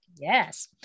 Yes